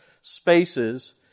spaces